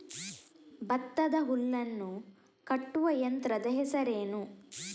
ಭತ್ತದ ಹುಲ್ಲನ್ನು ಕಟ್ಟುವ ಯಂತ್ರದ ಹೆಸರೇನು?